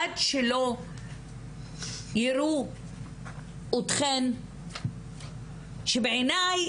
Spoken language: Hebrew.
עד שלא יראו אתכן - שבעיניי,